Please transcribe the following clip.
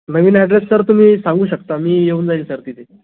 नवीन address sir तुम्ही सांगू शकता मी येऊन जाईल सर तिथे